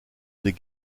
des